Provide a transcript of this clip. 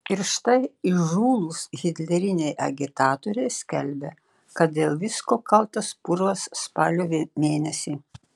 ir štai įžūlūs hitleriniai agitatoriai skelbia kad dėl visko kaltas purvas spalio mėnesį